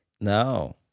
No